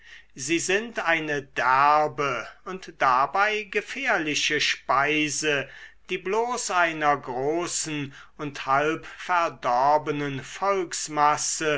sie sind eine derbe und dabei gefährliche speise die bloß einer großen und halbverdorbenen volksmasse